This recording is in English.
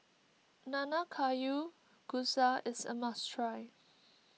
Nanagayu Kusa is a must try